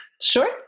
Sure